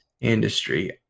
industry